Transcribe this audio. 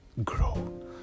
grow